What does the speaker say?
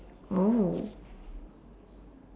oh